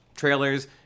trailers